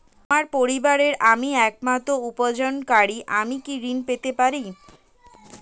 আমার পরিবারের আমি একমাত্র উপার্জনকারী আমি কি ঋণ পেতে পারি?